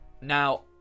Now